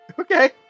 Okay